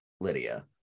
Lydia